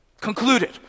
concluded